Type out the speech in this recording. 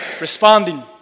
Responding